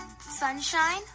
sunshine